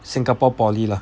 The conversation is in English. singapore poly lah